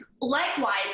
likewise